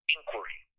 Inquiry